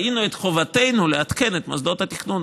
ראינו מחובתנו לעדכן את מוסדות התכנון.